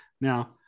now